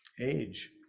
age